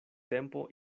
tempo